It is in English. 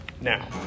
Now